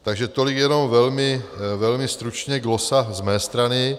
Takže tolik jenom velmi, velmi stručně glosa z mé strany.